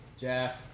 Jeff